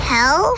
Hell